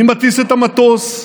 אני מטיס את המטוס,